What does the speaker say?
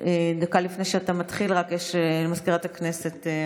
לפני שתתחיל, הודעה למזכירת הכנסת.